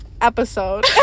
episode